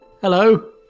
Hello